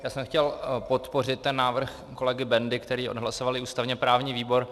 Já jsem chtěl podpořit ten návrh kolegy Bendy, který odhlasoval ústavněprávní výbor.